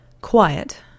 Quiet